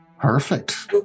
Perfect